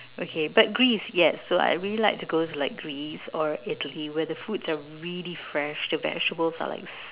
okay but Greece yes so I really like to go to Greece or Italy where the food are really fresh the vegetables are like